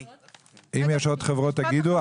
אם יש עוד חברות תגידו.